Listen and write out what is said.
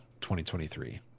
2023